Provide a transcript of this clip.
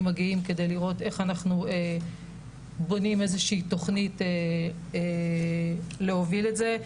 הגאים כדי לראות איך אנחנו בונים איזושהי תוכנית להוביל את זה.